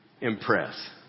impress